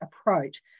approach